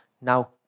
Now